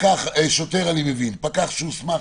שוטר אני מבין, פקח שהוסמך